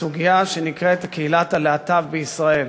מפעיל את ההצבעה